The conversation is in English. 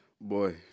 Boy